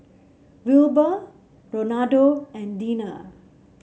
Wilbur Ronaldo and Deana